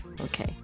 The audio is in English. okay